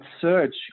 search